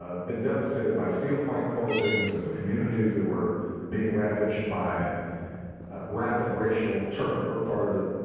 ah been devastated by steel plant closings and communities that were being ravaged by rapid racial turnover, part of it